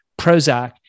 Prozac